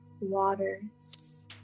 waters